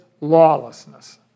lawlessness